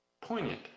poignant